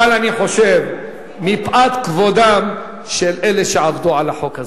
אבל אני חושב שמפאת כבודם של אלה שעבדו על החוק הזה,